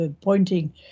pointing